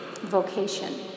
vocation